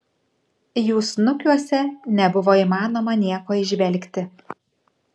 jų snukiuose nebuvo įmanoma nieko įžvelgti